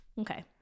Okay